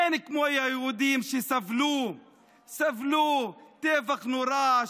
אין כמו היהודים שסבלו טבח נורא,